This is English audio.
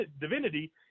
divinity